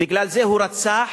בגלל זה הוא רצח